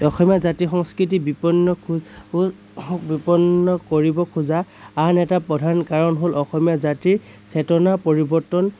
অসমীয়া জাতি সংস্কৃতি বিপন্ন বিপন্ন কৰিবখোজা আন এটা প্ৰধান কাৰণ হ'ল অসমীয়া জাতিৰ চেতনা পৰিৱৰ্তন